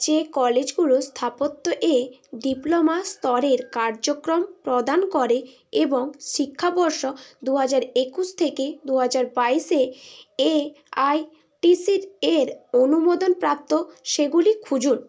যে কলেজগুলো স্থাপত্য এ ডিপ্লোমা স্তরের কার্যক্রম প্রদান করে এবং শিক্ষাবর্ষ দুহাজার একুশ থেকে দুহাজার বাইশে এ আইটিসি এর অনুমোদন প্রাপ্ত সেগুলি খুঁজুন